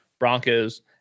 Broncos